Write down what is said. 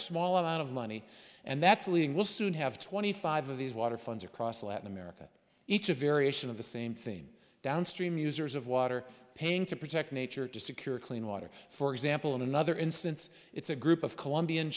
small amount of money and that's leaving we'll soon have twenty five of these water funds across latin america each a variation of the same thing downstream users of water paying to protect nature to secure clean water for example in another instance it's a group of colombian